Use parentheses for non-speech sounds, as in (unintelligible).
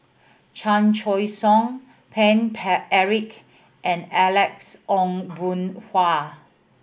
Chan Choy Siong Paine (unintelligible) Eric and Alex Ong Boon Hau